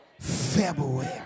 February